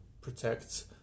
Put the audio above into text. protect